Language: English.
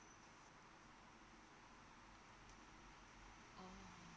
oh